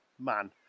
man